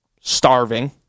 starving